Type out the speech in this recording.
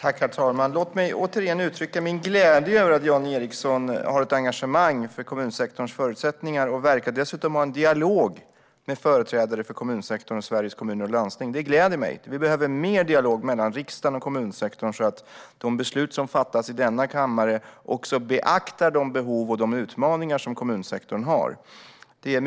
Herr talman! Låt mig åter uttrycka min glädje över att Jan Ericson har ett engagemang för kommunsektorns förutsättningar. Han verkar dessutom ha en dialog med företrädare för kommunsektorn och Sveriges Kommuner och Landsting. Det gläder mig, för vi behöver mer dialog mellan riksdag och kommunsektor så att de beslut som fattas i denna kammare också beaktar de behov och utmaningar som kommunsektorn har.